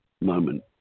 moment